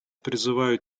призываю